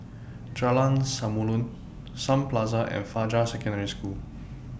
Jalan Samulun Sun Plaza and Fajar Secondary School